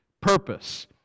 purpose